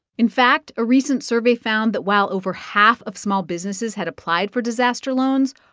in fact, a recent survey found that while over half of small businesses had applied for disaster loans,